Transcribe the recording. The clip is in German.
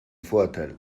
vorurteil